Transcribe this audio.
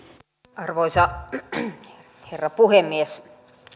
arvoisa herra puhemies